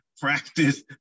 practice